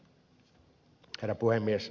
herra puhemies